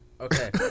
Okay